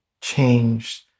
changed